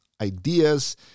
ideas